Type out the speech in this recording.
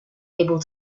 able